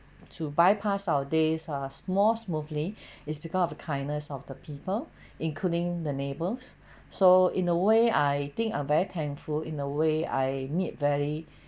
to bypass our days as more smoothly is because of the kindness of the people including the neighbors so in a way I think I'm very thankful in a way I meet very